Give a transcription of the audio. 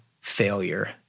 failure